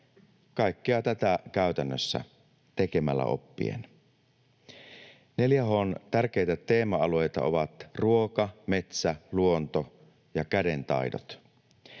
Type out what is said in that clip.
kaikkea tätä käytännössä tekemällä oppien. 4H:n tärkeitä teema-alueita ovat ruoka, metsä, luonto ja kädentaidot.